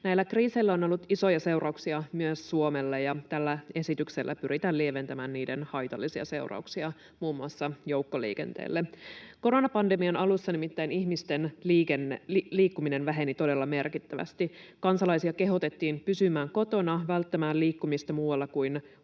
Näillä kriiseillä on ollut isoja seurauksia myös Suomelle, ja tällä esityksellä pyritään lieventämään niiden haitallisia seurauksia muun muassa joukkoliikenteelle. Koronapandemian alussa nimittäin ihmisten liikkuminen väheni todella merkittävästi. Kansalaisia kehotettiin pysymään kotona, välttämään liikkumista muualla kuin ulkoilmassa